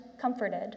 comforted